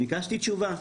ביקשתי תשובה.